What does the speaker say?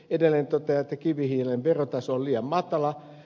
edelleen totean että kivihiilen verotaso on liian matala